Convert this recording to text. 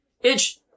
Itch